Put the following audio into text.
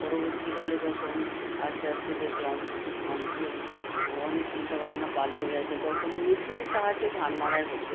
পরবর্তীকালে যখন আস্তে আস্তে দেখলাম মানুষের অনেক চিন্তা ভাবনা পালটে গেছে তখন মেশিনের সাহায্যে ধান মাড়াই হতো